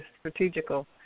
strategical